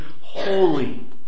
holy